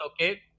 okay